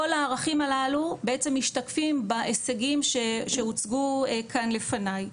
כל הערכים הללו בעצם משתקפים בהישגים שהוצגו כאן לפניי,